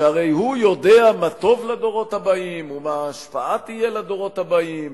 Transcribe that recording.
שהרי הוא יודע מה טוב לדורות הבאים ומה השפעה תהיה לדורות הבאים,